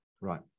right